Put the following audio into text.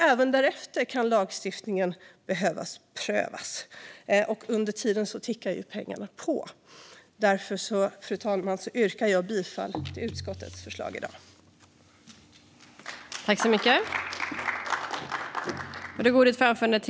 Även därefter kan lagstiftningen behöva prövas, och under tiden tickar pengarna på. Därför yrkar jag bifall till utskottets förslag i dag, fru talman.